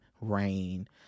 rain